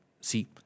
See